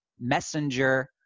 Messenger